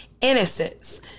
Innocence